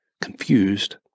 Confused